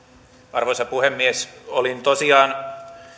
arvoisa puhemies olin tosiaan